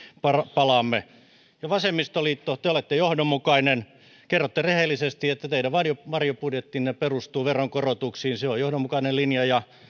palaamme vasemmistoliitto te olette johdonmukainen kerrotte rehellisesti että teidän varjobudjettinne perustuu veronkorotuksiin se on johdonmukainen linja ja